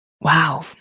wow